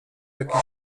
jakiś